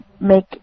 make